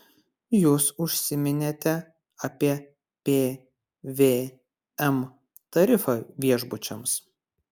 jūs užsiminėte apie pvm tarifą viešbučiams